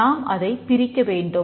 நாம் அதைப் பிரிக்க வேண்டும்